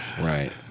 Right